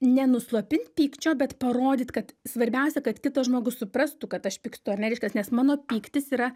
nenuslopint pykčio bet parodyt kad svarbiausia kad kitas žmogus suprastų kad aš pykstu ar ne reiškias nes mano pyktis yra